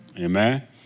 Amen